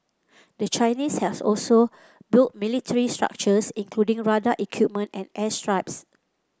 the Chinese has also built military structures including radar equipment and airstrips